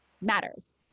matters